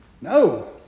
No